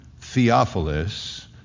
Theophilus